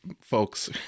folks